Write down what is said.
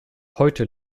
heute